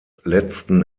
letzten